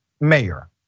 mayor